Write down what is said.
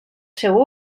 seu